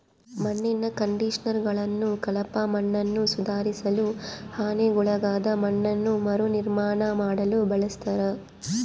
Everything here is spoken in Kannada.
ಮಣ್ಣಿನ ಕಂಡಿಷನರ್ಗಳನ್ನು ಕಳಪೆ ಮಣ್ಣನ್ನುಸುಧಾರಿಸಲು ಹಾನಿಗೊಳಗಾದ ಮಣ್ಣನ್ನು ಮರುನಿರ್ಮಾಣ ಮಾಡಲು ಬಳಸ್ತರ